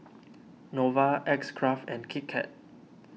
Nova X Craft and Kit Kat